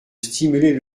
stimuler